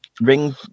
ring